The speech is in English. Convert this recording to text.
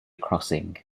crossing